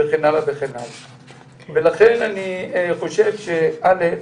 אני יכול לומר לך שמאז,